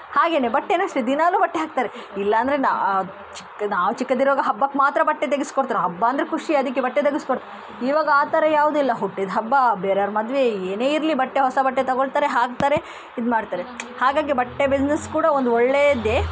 ಹಾಗೆನೇ ಬಟ್ಟೆನೂ ಅಷ್ಟೇ ದಿನಾಲೂ ಬಟ್ಟೆ ಹಾಕ್ತಾರೆ ಇಲ್ಲ ಅಂದರೆ ನಾ ನಾವು ಚಿಕ್ಕದಿರುವಾಗ ಹಬ್ಬಕ್ಕೆ ಮಾತ್ರ ಬಟ್ಟೆ ತೆಗಿಸಿ ಕೊಡ್ತಾರೆ ಹಬ್ಬ ಅಂದರೆ ಖುಷಿ ಅದಕ್ಕೆ ಬಟ್ಟೆ ತೆಗಿಸಿ ಕೊಡು ಇವಾಗ ಆ ಥರ ಯಾವುದು ಇಲ್ಲ ಹುಟ್ಟಿದ ಹಬ್ಬ ಬೇರೆಯವರ ಮದುವೆ ಏನೇ ಇರಲಿ ಬಟ್ಟೆ ಹೊಸ ಬಟ್ಟೆ ತಗೊಳ್ತಾರೆ ಹಾಕ್ತಾರೆ ಇದ ಮಾಡ್ತಾರೆ ಹಾಗಾಗಿ ಬಟ್ಟೆ ಬಿಸ್ನೆಸ್ ಕೂಡ ಒಂದು ಒಳ್ಳೆದೇ